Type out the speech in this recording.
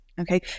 Okay